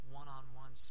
one-on-one